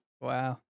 Wow